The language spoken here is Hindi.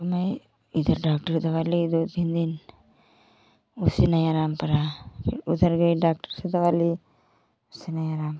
मैं इधर डॉक्टर दवा ली दो तीन दिन उससे नहीं आराम पड़ा फिर उधर गए डॉक्टर से दवा लिए उससे नहीं आराम पड़ा